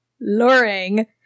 luring